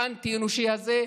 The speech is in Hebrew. האנטי-אנושי הזה,